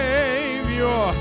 Savior